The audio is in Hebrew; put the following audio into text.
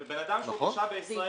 בן אדם שהוא תושב בישראל,